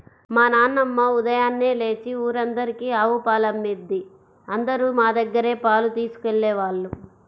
మా నాన్నమ్మ ఉదయాన్నే లేచి ఊరందరికీ ఆవు పాలమ్మేది, అందరూ మా దగ్గరే పాలు తీసుకెళ్ళేవాళ్ళు